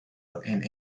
and